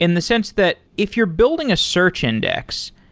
in the sense that if you're building a search index,